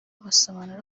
basobanura